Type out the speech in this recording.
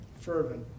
fervent